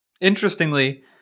Interestingly